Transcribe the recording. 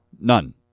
none